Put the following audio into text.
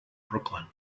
brooklyn